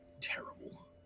terrible